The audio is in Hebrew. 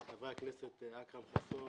לחברי הכנסת אכרם חסון,